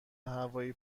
هوایی